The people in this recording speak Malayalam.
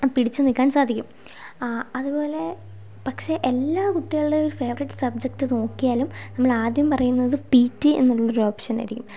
പിടിച്ചു നിൽക്കാൻ സാധിക്കും ആ അതുപോലെ പക്ഷേ എല്ലാ കുട്ടികളുടേയും ഒരു ഫേവറേറ്റ് സബ്ജെക്ട് നോക്കിയാലും നമ്മൾ ആദ്യം പറയുന്നത് പി ടി എന്നുള്ളൊരു ഓപ്ഷൻ ആയിരിക്കും